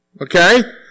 okay